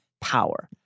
power